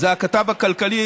זה הכתב הכלכלי